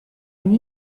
une